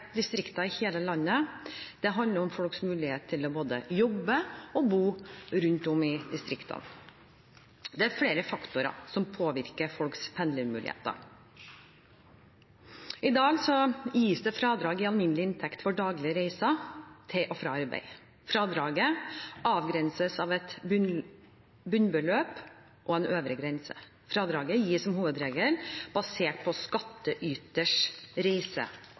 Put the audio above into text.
i hele landet. Det handler om folks mulighet til å både jobbe og bo rundt om i distriktene. Det er flere faktorer som påvirker folks pendlermuligheter. I dag gis det fradrag i alminnelig inntekt for daglige reiser til og fra arbeid. Fradraget avgrenses av et bunnbeløp og en øvre grense. Fradraget gis som hovedregel basert på